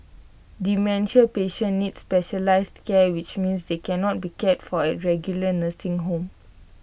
dementia patients need specialised care which means they cannot be cared for at regular nursing homes